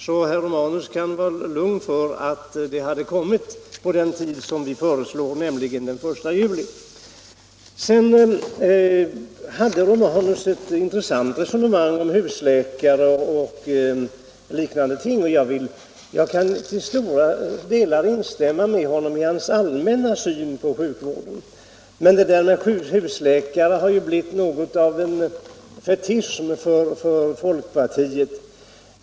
Så herr Romanus kan vara lugn för att det hade Herr Romanus förde ett intressant resonemang om husläkare m.m. Jag kan i stort sett instämma i hans allmänna syn på sjukvården. Men detta med husläkare har ju blivit något av en fetisch för folkpartiet.